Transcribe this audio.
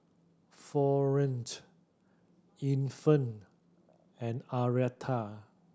Florene Infant and Arietta